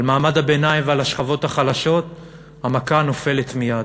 על מעמד הביניים ועל השכבות החלשות המכה נופלת מייד.